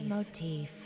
Motif